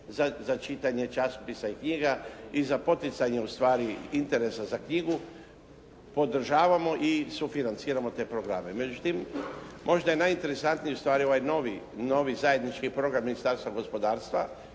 za čitanje časopisa i knjiga i za poticanje ustvari interesa za knjigu, podržavamo i sufinanciramo te programe. Međutim možda je najinteresantniji ustvari ovaj novi, novi zajednički program Ministarstva gospodarstva